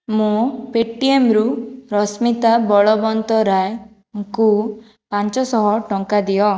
ମୋ ପେଟିଏମ୍ରୁ ରଶ୍ମିତା ବଳବନ୍ତରାୟଙ୍କୁ ପାଞ୍ଚଶହ ଟଙ୍କା ଦିଅ